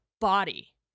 body